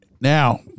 Now